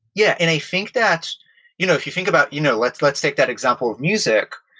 yeah. and i think that you know if you think about you know let's let's take that example of music.